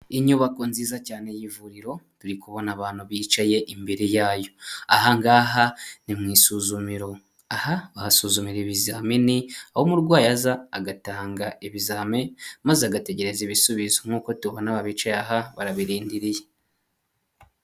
Inyubako nziza cyane y'ivuriro turi kubona abantu bicaye imbere yayo, ahangaha ni mu isuzumiro, aha bahasuzumira ibizamini, aho umurwayi aza agatanga ibizami maze agategereza ibisubizo nkuko tubona aba bicaye aha barabirindiriye.